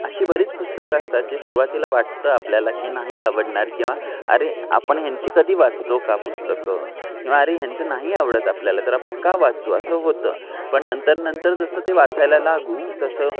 अशी बरीच पुस्तकं असतात जी सुरुवातीला वाटतं आपल्याला की नाही आवडणार किंवा अरे आपण ह्यांची कधी वाचतो का पुस्तकं किंवा अरे ह्यांचं नाही आवडत आपल्याला तर आपण का वाचू असं होतं पण नंतर नंतर जसं ते वाचायला लागू तसं